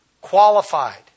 qualified